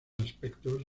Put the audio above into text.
aspectos